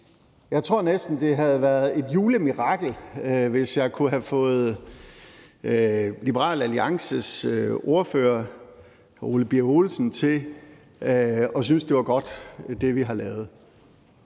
tror, at det havde været et julemirakel, hvis jeg kunne have fået Liberal Alliances ordfører, hr. Ole Birk Olesen, til at synes, at det, vi har lavet,